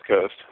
Coast